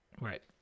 Right